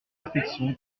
affection